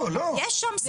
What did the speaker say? יש שם סכנה כזו.